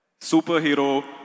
superhero